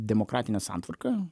demokratinę santvarką